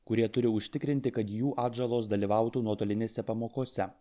kurie turi užtikrinti kad jų atžalos dalyvautų nuotolinėse pamokose